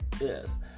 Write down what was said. Yes